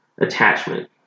attachment